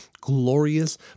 glorious